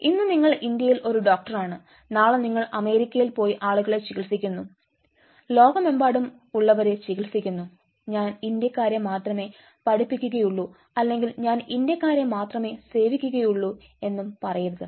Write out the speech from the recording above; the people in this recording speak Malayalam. ഇന്ന് നിങ്ങൾ ഇന്ത്യയിൽ ഒരു ഡോക്ടറാണ് നാളെ നിങ്ങൾ അമേരിക്കയിൽ പോയി ആളുകളെ ചികിത്സിക്കുന്നു ലോകമെമ്പാടും ഉള്ളവരെ ചികിത്സിക്കുന്നു ഞാൻ ഇന്ത്യക്കാരെ മാത്രമെ പഠിപ്പിക്കുകയുള്ളു അല്ലെങ്കിൽ ഞാൻ ഇന്ത്യക്കാരെ മാത്രമേ സേവിക്കുകയുള്ളൂ എന്നും പറയരുത്